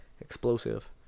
explosive